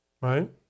right